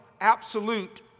absolute